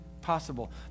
possible